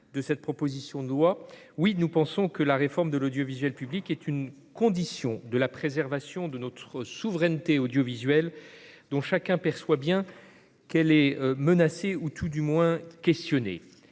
de cette proposition de loi. Oui, nous pensons que la réforme de l'audiovisuel public est une condition de la préservation de notre souveraineté audiovisuelle, dont chacun perçoit bien qu'elle est menacée, ou tout au moins questionnée.